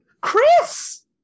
Chris